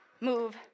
move